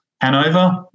Hanover